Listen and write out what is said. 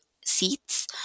seats